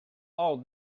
all